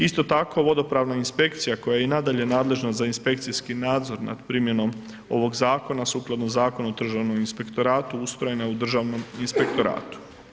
Isto tako vodopravna inspekcija koja je i nadalje nadležna za inspekcijski nadzor nad primjenom ovog Zakona sukladno Zakonu o državnom inspektoratu ustrojene u Državnom inspektoratu.